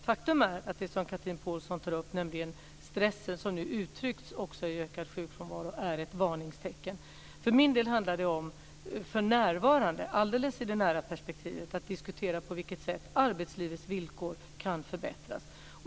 Faktum är att det som Chatrine Pålsson tar upp, nämligen stressen som nu uttrycks också i ökad sjukfrånvaro, är ett varningstecken. För min del handlar det för närvarande - i det närmaste perspektivet - om att diskutera på vilket sätt arbetslivets villkor kan förbättras.